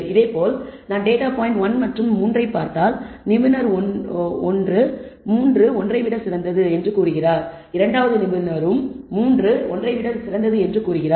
இதேபோல் நான் data point 1 மற்றும் 3 ஐப் பார்த்தால் நிபுணர் 1 3 1 ஐ விட சிறந்தது நிபுணர் 2 3 1 ஐ விட சிறந்தது என்று கூறுகிறார்